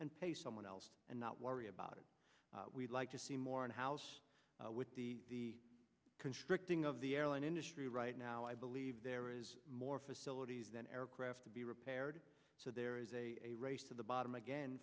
and pay someone else and not worry about it we'd like to see more and house with the constricting of the airline industry right now i believe there is more facilities than aircraft to be repaired so there is a race to the bottom again